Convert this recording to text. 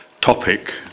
topic